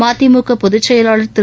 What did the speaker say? மதிமுகபொதுச்செயலாளர் திரு